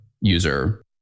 user